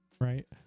right